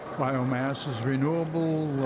biomass is renewable,